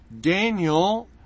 Daniel